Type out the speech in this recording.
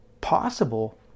possible